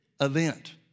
event